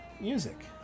music